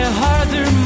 harder